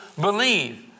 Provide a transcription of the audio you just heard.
believe